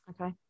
okay